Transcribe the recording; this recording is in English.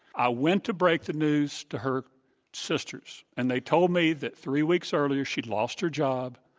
i went to break the news to her sisters, and they told me that three weeks earlier she'd lost her job,